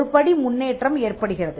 ஒரு படி முன்னேற்றம் ஏற்படுகிறது